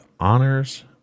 honors